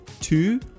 two